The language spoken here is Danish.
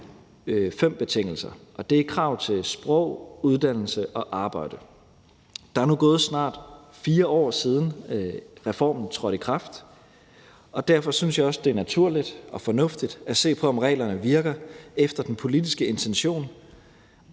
det er krav til sprog, uddannelse og arbejde. Der er nu snart gået 4 år, siden reformen trådte i kraft, og derfor synes jeg også, det er naturligt og fornuftigt at se på, om reglerne virker efter den politiske intention,